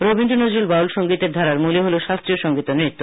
রবীন্দ্র নজরুল বাউল সঙ্গীতের ধারার মূলে হলো শাস্ত্রীয় সঙ্গীত ও নৃত্য